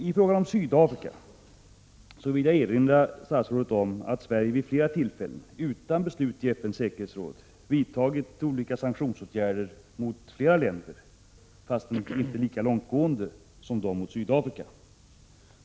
I fråga om Sydafrika vill jag erinra statsrådet om att Sverige vid flera tillfällen, utan beslut i FN:s säkerhetsråd, vidtagit olika sanktionsåtgärder mot flera länder, om också inte lika långtgående som dem mot Sydafrika.